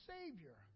Savior